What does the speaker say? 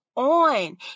on